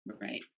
right